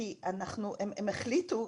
כי הן החליטו.